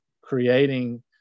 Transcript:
creating